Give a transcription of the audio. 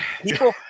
People